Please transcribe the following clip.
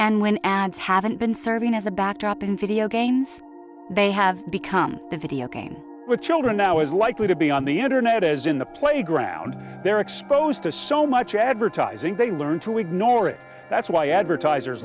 and when ads haven't been serving as a backdrop in video games they have become a video game with children now is likely to be on the internet as in the playground they're exposed to so much advertising they learn to ignore it that's why advertisers